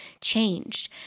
changed